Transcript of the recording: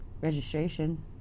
registration